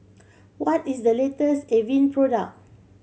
what is the latest Avene product